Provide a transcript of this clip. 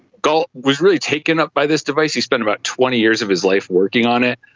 gault was really taken up by this device, he spent about twenty years of his life working on it,